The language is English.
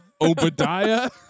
Obadiah